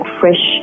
fresh